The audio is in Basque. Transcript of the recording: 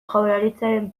jaurlaritzaren